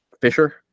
Fisher